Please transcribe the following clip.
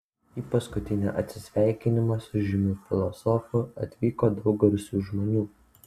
į paskutinį atsisveikinimą su žymiu filosofu atvyko daug garsių žmonių